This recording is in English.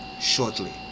shortly